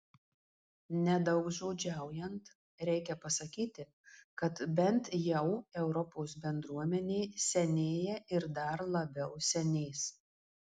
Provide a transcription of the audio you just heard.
nedaugžodžiaujant reikia pasakyti kad bent jau europos bendruomenė senėja ir dar labiau senės